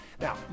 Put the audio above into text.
Now